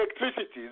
Electricity